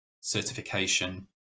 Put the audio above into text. certification